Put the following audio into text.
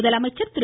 முதலமைச்சர் திரு